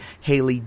Haley